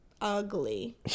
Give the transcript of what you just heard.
ugly